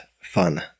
fun